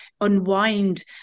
unwind